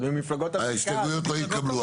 ההסתייגויות לא התקבלו.